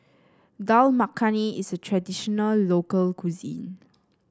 Dal Makhani is a traditional local cuisine